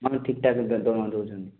ଆମକୁ ଠିକଠାକରେ ଦରମା ଦେଉଛନ୍ତି